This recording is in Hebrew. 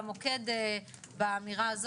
בגדול זה אמור להיות בתקנות.